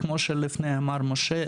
כמו שלפני אמר משה,